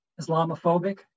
Islamophobic